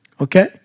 Okay